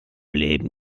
leben